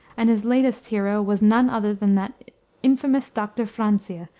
and his latest hero was none other than that infamous dr. francia,